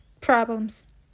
problems